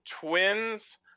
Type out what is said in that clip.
Twins